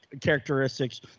characteristics